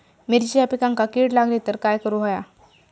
मिरचीच्या पिकांक कीड लागली तर काय करुक होया?